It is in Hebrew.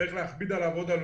צריך להכביד עליו עוד עלויות.